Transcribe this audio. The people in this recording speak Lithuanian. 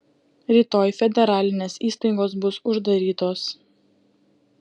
rytoj federalinės įstaigos bus uždarytos